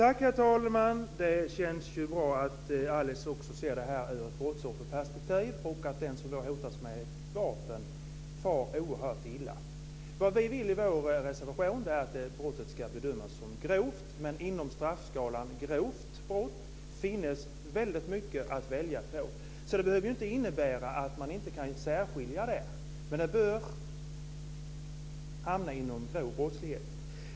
Herr talman! Det känns bra att också Alice Åström ser det här ur ett brottsofferperspektiv och ser att den som hotas med vapen far oerhört lilla. Vad vi vill i vår reservation är att brottet ska bedömas som grovt, men inom straffskalan grovt brott finns väldigt mycket att välja på. Så det behöver inte innebär att man inte kan särskilja där. Det bör hamna inom grov brottslighet.